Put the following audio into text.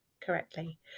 correctly